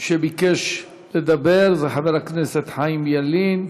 שביקשו לדבר הם חברי הכנסת חיים ילין,